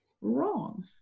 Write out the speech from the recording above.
wrong